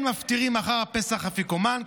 אין מפטירים אחר הפסח אפיקומן,